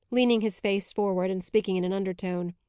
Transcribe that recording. leaning his face forward and speaking in an undertone,